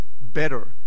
better